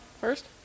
First